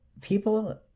People